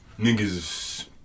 Niggas